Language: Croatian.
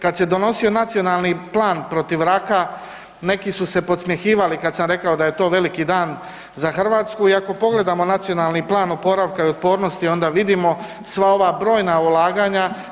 Kad se donosio Nacionalni plan protiv raka neki su se podsmjehivali kad sam rekao da je to veliki dan za Hrvatsku i ako pogledamo Nacionalni plan oporavka i otpornosti onda vidimo sva ova brojna ulaganja.